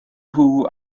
nhw